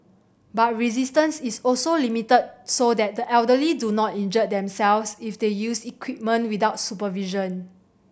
but resistance is also limited so that the elderly do not injure themselves if they use equipment without supervision